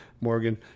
Morgan